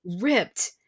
Ripped